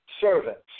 servants